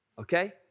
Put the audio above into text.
okay